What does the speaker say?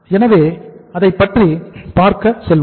எனவே அதைப்பற்றி பார்க்க செல்வோம்